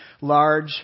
large